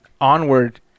onward